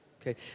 Okay